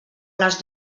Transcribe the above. les